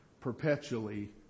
perpetually